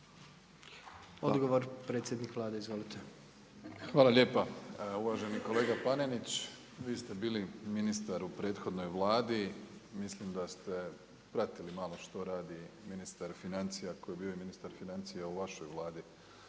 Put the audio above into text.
Odgovor predsjednik Vlade, izvolite. **Plenković, Andrej (HDZ)** Hvala lijepa. Uvaženi kolega Panenić, vi ste bili ministar u prethodnoj Vladi, mislim da ste pratili malo što radi ministar financija koji je bio i ministar financija u vašoj Vladi,